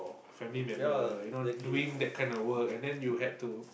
family member you know doing that kind of work and then you had to